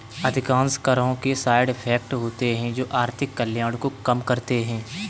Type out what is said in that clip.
अधिकांश करों के साइड इफेक्ट होते हैं जो आर्थिक कल्याण को कम करते हैं